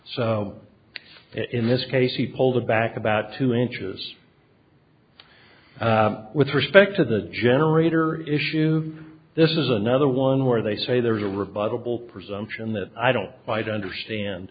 so in this case he pulled it back about two inches with respect to the generator issue this is another one where they say there's a revival presumption that i don't quite understand